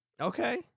okay